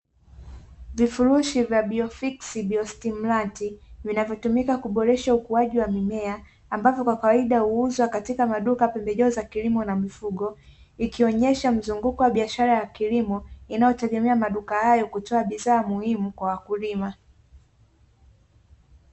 Vifurushi vya 'Biofix biostimulant' vinavyotumika kuboresha ukuaji wa mimea, ambavyo kwa kawaida huuzwa katika maduka ya pembejeo za kilimo na mifugo, ikionesha mzunguko wa biashara ya kilimo inayotegemea maduka hayo, kutoa bidhaa muhimu kwa wakulima.